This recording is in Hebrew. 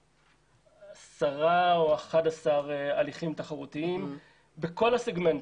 עשרה או אחד עשר הליכים תחרותיים בכל הסגמנטים.